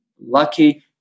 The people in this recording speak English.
lucky